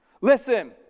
Listen